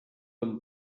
amb